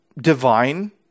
divine